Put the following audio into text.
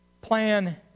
plan